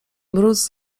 mróz